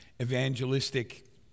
evangelistic